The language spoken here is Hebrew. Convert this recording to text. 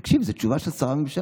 תקשיב, זו תשובה של שרה בממשלה.